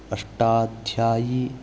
Ashtadhyayi